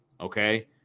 okay